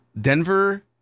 Denver